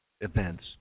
events